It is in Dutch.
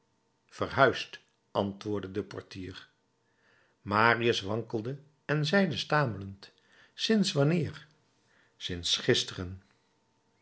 verhuisd antwoordde de portier marius wankelde en zeide stamelend sinds wanneer sinds gisteren